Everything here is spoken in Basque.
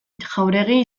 jauregi